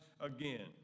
again